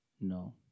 No